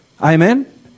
amen